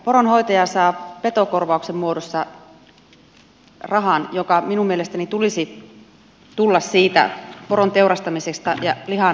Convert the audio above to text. poronhoitaja saa petokorvauksen muodossa rahan joka minun mielestäni tulisi tulla siitä poron teurastamisesta ja lihan myynnistä